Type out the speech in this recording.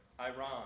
Iran